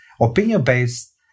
opinion-based